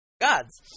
Gods